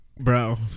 bro